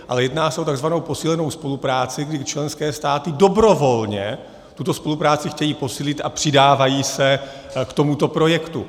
Ale jedná se o takzvanou posílenou spolupráci, kdy členské státy dobrovolně tuto spolupráci chtějí posílit a přidávají se k tomuto projektu.